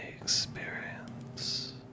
experience